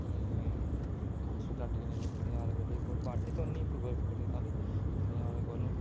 ତାେ hospital ଟିକେ ନୁ ଭରି ନବାରେ ଗଲେ ବାଟି ତନି ଗର୍ କରିଦେ ତାହେଲି ଭରି ନେବାରେ ଗନୁ